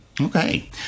Okay